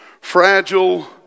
fragile